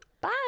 Bye